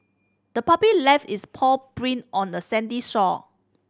the puppy left its paw print on the sandy shore